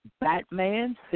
Batman